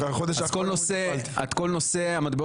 החודש האחרון --- כל נושא המטבעות